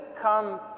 come